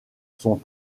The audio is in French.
sont